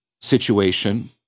situation